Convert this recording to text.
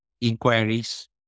inquiries